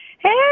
Hey